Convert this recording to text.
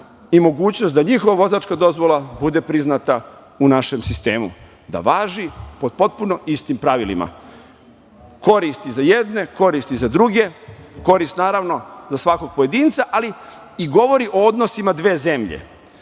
i mogućnost da njihova vozačka dozvola bude priznata u našem sistemu, da važi pod potpuno istim pravilima. Korist je i za jedne i za druge, korist je za svakog pojedinca, ali i govori o odnosima dve zemlje.